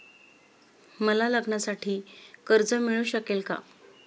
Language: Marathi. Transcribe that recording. मला लग्नासाठी कर्ज मिळू शकेल का?